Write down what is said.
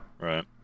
Right